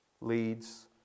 leads